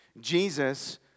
Jesus